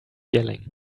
yelling